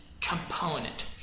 component